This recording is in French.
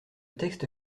texte